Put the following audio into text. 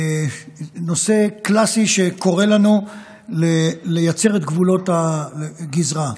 נושא קלאסי שקורא לנו לייצר את גבולות הגזרה.